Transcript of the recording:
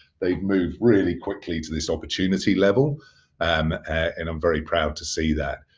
they've moved really quickly to this opportunity level um and i'm very proud to see that.